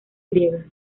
griega